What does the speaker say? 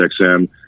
XM